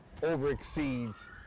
overexceeds